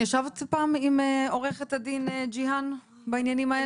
ישבת פעם עם עורכת הדין ג'יהאן בעניינים האלה?